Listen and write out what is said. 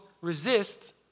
resist